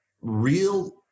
real